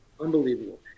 Unbelievable